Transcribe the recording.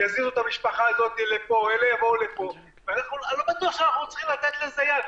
יזמינו את המשפחות ואני לא בטוח שאנחנו צריכים לתת לזה יד.